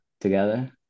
together